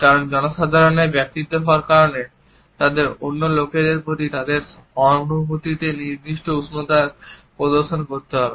কারণ জনসাধারণের ব্যক্তিত্ব হওয়ার কারণে তাদের অন্য লোকেদের প্রতি তাদের অনুভূতিতে নির্দিষ্ট উষ্ণতার প্রদর্শন করতে হবে